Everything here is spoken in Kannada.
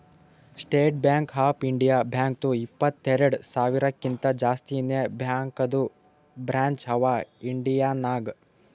ಸ್ಟೇಟ್ ಬ್ಯಾಂಕ್ ಆಫ್ ಇಂಡಿಯಾ ಬ್ಯಾಂಕ್ದು ಇಪ್ಪತ್ತೆರೆಡ್ ಸಾವಿರಕಿಂತಾ ಜಾಸ್ತಿನೇ ಬ್ಯಾಂಕದು ಬ್ರ್ಯಾಂಚ್ ಅವಾ ಇಂಡಿಯಾ ನಾಗ್